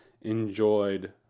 enjoyed